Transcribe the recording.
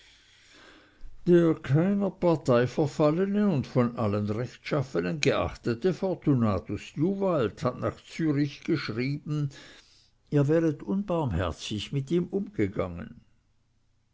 der keiner partei verfallene und von allen rechtschaffenen geachtete fortunatus juvalt hat nach zürich geschrieben ihr wäret unbarmherzig mit ihm umgegangen